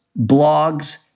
blogs